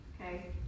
okay